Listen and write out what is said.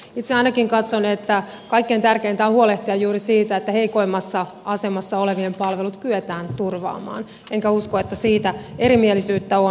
itse ainakin katson että kaikkein tärkeintä on huolehtia juuri siitä että heikoimmassa asemassa olevien palvelut kyetään turvaamaan enkä usko että siitä erimielisyyttä on